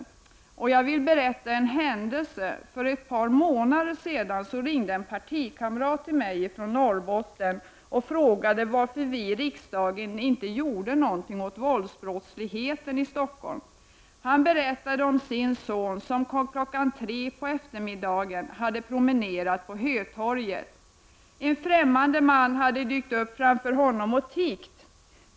Jag vill i detta sammanhang berätta en händelse: För ett par månader sedan ringde en partikamrat från Norrbotten till mig och frågade varför vi i riksdagen inte gjorde någonting åt våldsbrottsligheten i Stockholm. Han berättade om sin son, som klockan 3 på eftermiddagen hade promenerat på Hötorget. En främmande man hade dykt upp framför honom och tiggt.